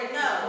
no